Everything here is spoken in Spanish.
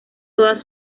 todas